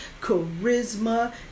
charisma